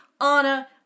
Anna